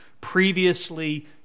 previously